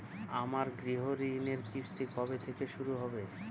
আমার গৃহঋণের কিস্তি কবে থেকে শুরু হবে?